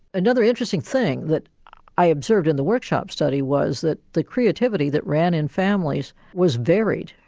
another interesting thing that i observed in the workshop study was that the creativity that ran in families was varied.